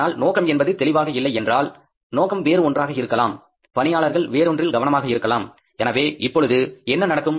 ஆனால் நோக்கம் என்பது தெளிவாக இல்லை என்றால் நோக்கம் வேறு ஒன்றாக இருக்கலாம் பணியாளர்கள் வேறொன்றில் கவனமாக இருக்கலாம் எனவே இப்பொழுது என்ன நடக்கும்